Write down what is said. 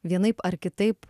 vienaip ar kitaip